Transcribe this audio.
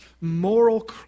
moral